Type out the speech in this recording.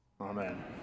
Amen